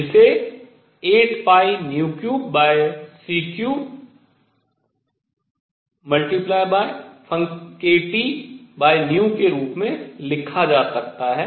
जिसे 83c3 के रूप में लिखा जा सकता है